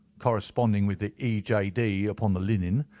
corresponding with the e. j. d. upon the linen.